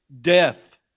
death